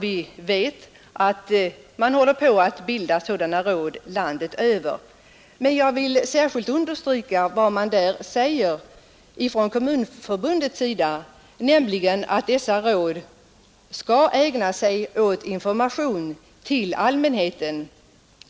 Vi vet att man håller på att bilda sådana råd landet över. Jag vill särskilt understryka vad som sägs i en bilaga till Kommunförbundets rekommendation nämligen att dessa råd bl.a. skall ägna sig åt information till allmänheten